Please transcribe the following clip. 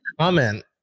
comment